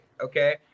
okay